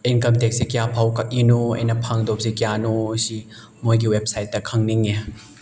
income ꯇꯦꯛꯁꯁꯤ ꯀꯌꯥꯐꯥꯎ ꯀꯛꯏꯅꯣ ꯑꯩꯅ ꯐꯪꯗꯧꯕꯁꯤ ꯀꯌꯥꯅꯣ ꯑꯁꯤ ꯃꯣꯏꯒꯤ ꯋꯦꯞꯁꯥꯏꯠꯇ ꯈꯪꯅꯤꯡꯉꯦ